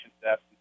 steps